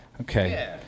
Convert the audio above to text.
Okay